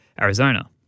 Arizona